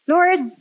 Lord